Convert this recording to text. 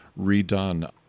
redone